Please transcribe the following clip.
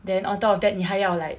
then on top of that 你还要 like